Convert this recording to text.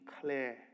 clear